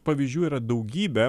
pavyzdžių yra daugybė